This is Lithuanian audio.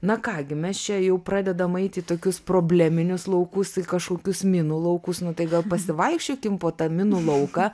na ką gi mes čia jau pradedam eiti į tokius probleminius laukus kažkokius minų laukus nu tai gal pasivaikščiokim po tą minų lauką